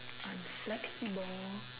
i'm flexible